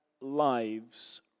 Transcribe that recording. lives